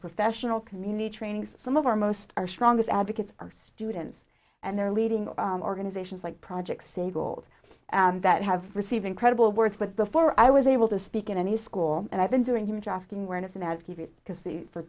professional community trainings some of our most our strongest advocates are students and their leading organizations like project seybold that have received incredible work but before i was able to speak in any school and i've been doing